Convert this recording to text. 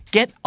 Get